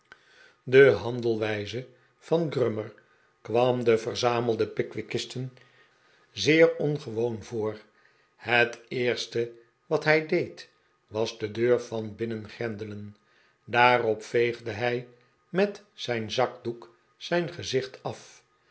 de handelwijze van grummer kwam den verzamelden pickwickisten zeer ongewoon voor het eerste wat hij deed was de deur van binnen grendelen daarop veegde hij met zijn zakdoek zijn gezicht af